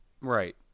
Right